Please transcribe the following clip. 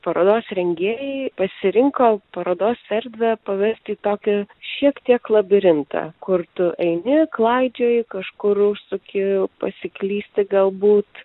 parodos rengėjai pasirinko parodos erdvę pavest į tokį šiek tiek labirintą kur tu eini klaidžioji kažkur užsuki pasiklysti galbūt